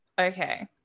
Okay